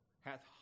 hath